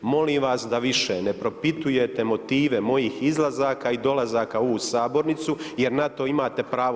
Molim vas da više ne propitujete motive mojih izlazaka i dolazaka u sabornicu jer na to imate pravo.